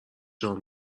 جان